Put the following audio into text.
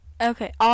Okay